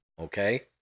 okay